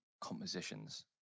compositions